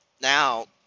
now